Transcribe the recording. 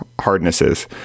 hardnesses